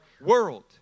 world